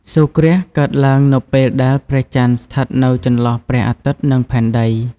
សូរ្យគ្រាសកើតឡើងនៅពេលដែល ព្រះចន្ទស្ថិតនៅចន្លោះព្រះអាទិត្យ និងផែនដី ។